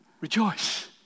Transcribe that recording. Rejoice